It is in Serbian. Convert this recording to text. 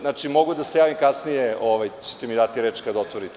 Znači mogu da se javim kasnije, daćete mi reč kasnije kada otvorite.